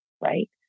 right